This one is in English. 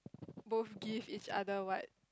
both give each other what